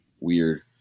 weird